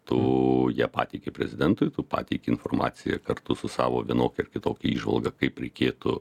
tu ją pateiki prezidentui tu pateiki informaciją kartu su savo vienokia ar kitokia įžvalga kaip reikėtų